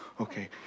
okay